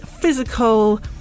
physical